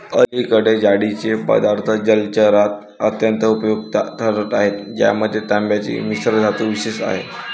अलीकडे जाळीचे पदार्थ जलचरात अत्यंत उपयुक्त ठरत आहेत ज्यामध्ये तांब्याची मिश्रधातू विशेष आहे